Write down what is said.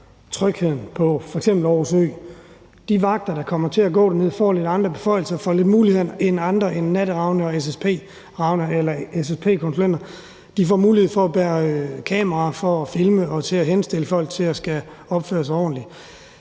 trygheden på f.eks. Aarhus Ø. De vagter, der kommer til at gå dernede, får lidt andre beføjelser og muligheder end natteravne og SSP-konsulenter. De får mulighed for at bære kameraer til at filme og henstille til folk at opføre sig ordentligt.